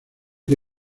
que